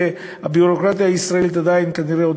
כשהביורוקרטיה הישראלית כנראה עדיין לא